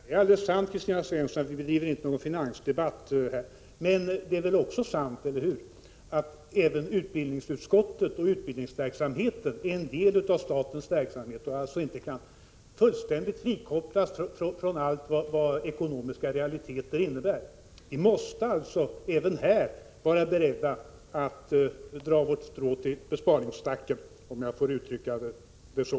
Herr talman! Vad Kristina Svensson säger är alldeles sant, nämligen att vi inte för någon finansdebatt här. Men det är väl också sant — eller hur? — att även utbildningsutskottets verksamhet och utbildningsverksamheten som sådan utgör en del av statens verksamhet. Dessa frågor kan alltså inte fullständigt frikopplas från allt vad ekonomiska realiteter innebär. Vi måste således även här vara beredda att dra vårt strå till besparingsstacken — om jag nu får uttrycka mig så.